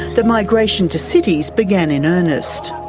the migration to cities began in earnest.